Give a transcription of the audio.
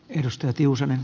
herra puhemies